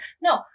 No